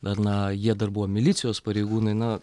dar na jie dar buvo milicijos pareigūnai na